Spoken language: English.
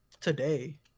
Today